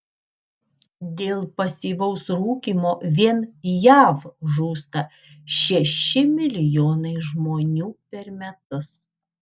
dėl pasyvaus rūkymo vien jav žūsta šeši milijonai žmonių per metus